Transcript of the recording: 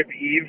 eve